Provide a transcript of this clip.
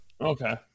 Okay